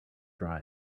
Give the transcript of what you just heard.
dry